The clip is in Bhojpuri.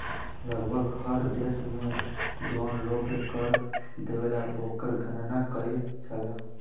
लगभग हर देश में जौन लोग कर देवेला ओकर गणना कईल जाला